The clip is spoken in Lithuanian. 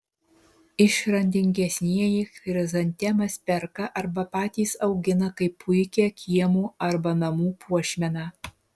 išradingesnieji chrizantemas perka arba patys augina kaip puikią kiemo arba namų puošmeną